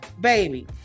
baby